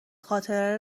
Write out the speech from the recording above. خاطره